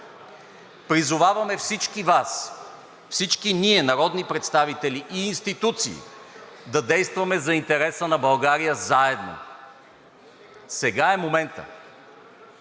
Призоваваме всички Вас, всички ние – народни представители и институции, да действаме за интереса на България заедно. Сега е моментът!